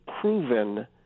proven